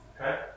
Okay